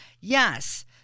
Yes